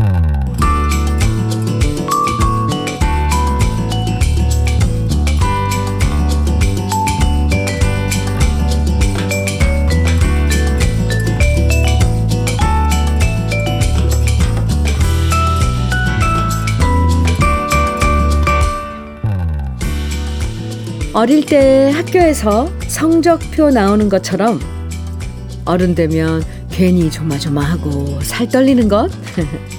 어릴 때 학교에서 성적표 나오는 것처럼 어른 되면 괜히 조마조마하고 살 떨리는 것?